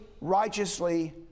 righteously